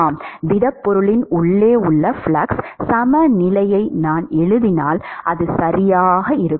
ஆம் திடப்பொருளின் உள்ளே உள்ள ஃப்ளக்ஸ் சமநிலையை நான் எழுதினால் அது சரியாக இருக்கும்